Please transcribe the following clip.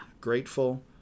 grateful